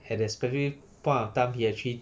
at a specially point of time he actually